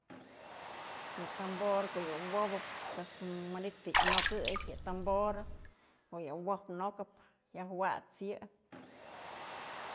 Yë tambor ko'o yë wopëp pues manytë yë yanokëy, yë tamborë ko'o yë wop nokëp, yaj wat's yë.